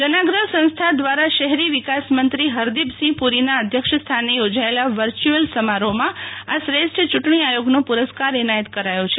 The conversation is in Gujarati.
જનાગ્રહ સંસ્થા દ્વારા શહેરી વિકાસમંત્રી હરદીપસિંહ પુરીના અધ્યક્ષસ્થાને યોજાયેલા વર્ચ્યુઅલ સમારોહમાં આ શ્રેષ્ઠ ચૂંટણી આયોગનો પુરસ્કાર એનાયત કરાયો છે